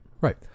Right